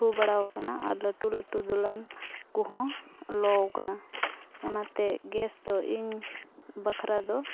ᱴᱷᱩ ᱵᱟᱲᱟᱣ ᱟᱠᱟᱱᱟ ᱟᱨ ᱞᱟᱹᱴᱩᱼᱞᱟᱹᱴᱩ ᱫᱚᱞᱟᱱ ᱠᱚᱦᱚᱸ ᱞᱚ ᱟᱠᱟᱱᱟ ᱚᱱᱟᱛᱮ ᱫᱚ ᱤᱧ ᱵᱟᱠᱷᱨᱟ ᱫᱚ